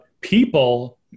people